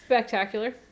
Spectacular